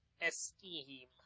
Esteem